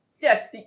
Yes